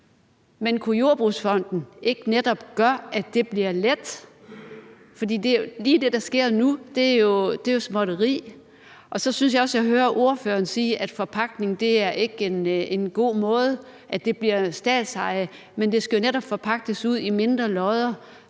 men kunne jordbrugsfonden netop ikke gøre, at det bliver let? For det, der sker lige nu, er jo småtterier. Så synes jeg også, jeg hører ordføreren sige, at forpagtning ikke er en god måde at gøre det på, altså at det bliver statsejet, men det skal jo netop forpagtes ud i mindre lodder